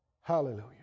Hallelujah